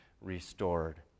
restored